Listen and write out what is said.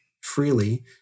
freely